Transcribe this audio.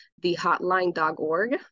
thehotline.org